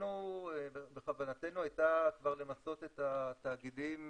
אנחנו בכוונתנו היה כבר למסות את התאגידים